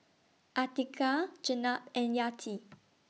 Atiqah Jenab and Yati